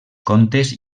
contes